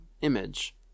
image